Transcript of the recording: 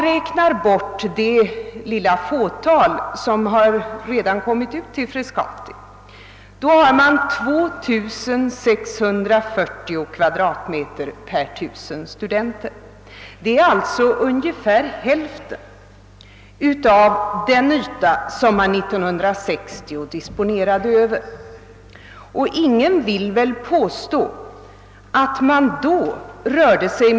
Räknar vi bort det fåtal studerande som redan kommit ut till Frescati, utgör lokalytan i dag 2 640 m?2 per 1 000 studenter. Detta är ungefär hälften av den yta som man 1960 disponerade över. Och ingen vill väl påstå att man då rörde sig.